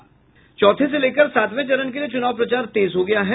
चौथे से लेकर सातवें चरण के लिए चूनाव प्रचार तेज हो गया है